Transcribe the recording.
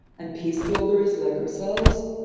and peace builders like ourselves,